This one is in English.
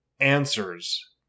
answers